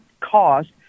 cost